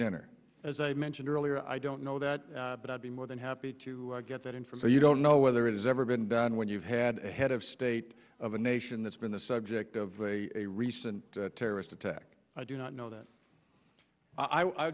dinner as i mentioned earlier i don't know that but i'd be more than happy to get that in from the you don't know whether it has ever been done when you've had a head of state of a nation that's been the subject of a recent terrorist attack i do not know that i